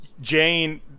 jane